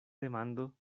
demando